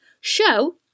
show